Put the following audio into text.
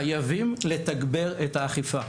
חייבים לתגבר את האכיפה.